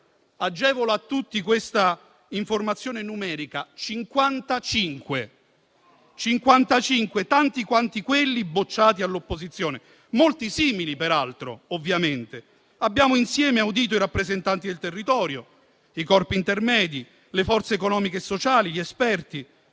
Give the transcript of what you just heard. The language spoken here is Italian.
Agevolo a tutti questa informazione numerica: 55 emendamenti, tanti quanti quelli bocciati all'opposizione, peraltro molto simili a quelli. Abbiamo insieme audito i rappresentanti del territorio, i corpi intermedi, le forze economiche e sociali, gli esperti.